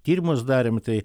tyrimus darėm tai